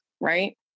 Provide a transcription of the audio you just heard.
right